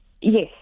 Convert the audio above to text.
Yes